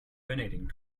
donating